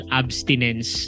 abstinence